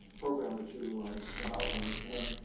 program that you have outlined. and